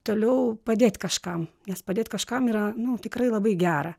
toliau padėt kažkam nes padėt kažkam yra nu tikrai labai gera